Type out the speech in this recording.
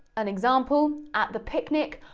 an example, at the picnic,